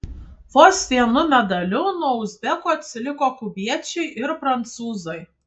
vos vienu medaliu nuo uzbekų atsiliko kubiečiai ir prancūzai